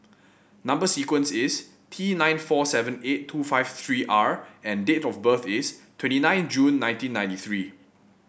number sequence is T nine four seven eight two five three R and date of birth is twenty nine June nineteen ninety three